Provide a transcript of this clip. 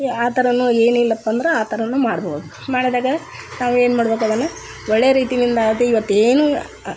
ಆ ಥರನೂ ಏನಿಲ್ಲಪ್ಪ ಅಂದ್ರೆ ಆ ಥರನೂ ಮಾಡ್ಬೋದು ಮಾಡಿದಾಗ ನಾವು ಏನು ಮಾಡ್ಬೇಕ್ ಅದನ್ನಯ ಒಳ್ಳೆಯ ರೀತಿಯಿಂದ ಅದು ಇವತ್ತು ಏನೂ